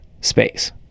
space